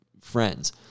friends